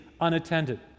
unattended